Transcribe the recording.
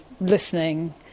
listening